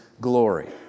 glory